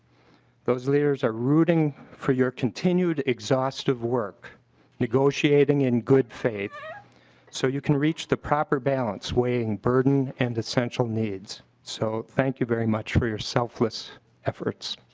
those leaders are rooting for your continuing exhaustive work negotiated in good faith so you can reach the proper balance wayne and essential needs. so thank you very much for your selfless efforts.